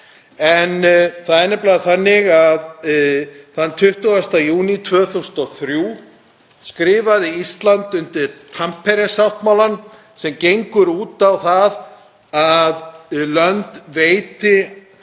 Það er nefnilega þannig að þann 20. júní 2003 skrifaði Ísland undir Tampere-sáttmálann sem gengur út á það að lönd veiti